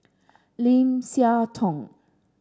Lim Siah Tong